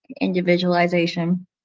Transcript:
individualization